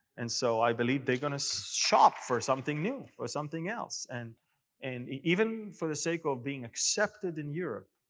and so i believe they're going to shop for something new or something else. and and even for the sake of being accepted in europe,